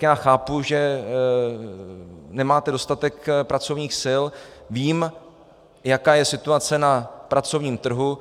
Já chápu, že nemáte dostatek pracovních sil, vím, jaká je situace na pracovním trhu.